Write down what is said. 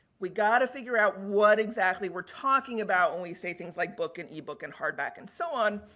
we got to figure out what exactly we're talking about when we say things like book and ebook and hardback and so on.